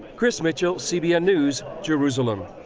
chris mitchell, cbn news, jerusalem.